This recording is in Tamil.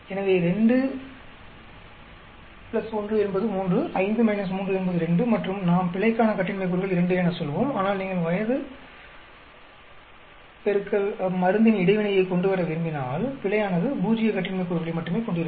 எனவே 2 1 என்பது 3 5 3 என்பது 2 மற்றும் நாம் பிழைக்கான கட்டின்மை கூறுகள் 2 என சொல்வோம் ஆனால் நீங்கள் வயது X மருந்தின் இடைவினையைக் கொண்டுவர விரும்பினால் பிழையானது பூஜ்ஜிய கட்டின்மை கூறுகளை மட்டுமே கொண்டிருக்கும்